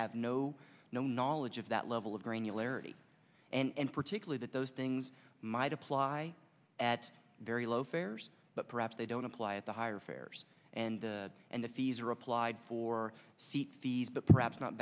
have no no knowledge of that level of granularity and particularly that those things might apply at very low fares but perhaps they don't apply at the higher fares and and the fees are applied for seat fees but perhaps not